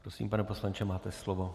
Prosím, pane poslanče, máte slovo.